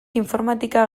informatika